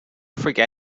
forget